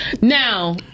Now